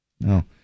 No